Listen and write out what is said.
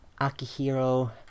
Akihiro